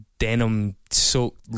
denim-soaked